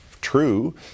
true